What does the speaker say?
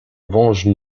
venge